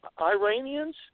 Iranians